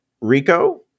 Rico